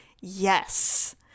yes